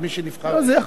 זה יחול עכשיו.